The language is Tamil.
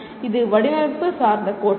இது வடிவமைப்பு சார்ந்த கோட்பாடு